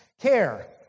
care